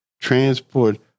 transport